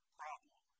problem